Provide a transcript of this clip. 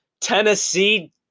Tennessee